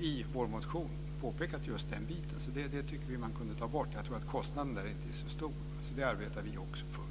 i vår motion påpekat just den biten. Det tycker vi att man kunde ta bort. Jag tror att kostnaden inte är så stor, så det arbetar vi också för.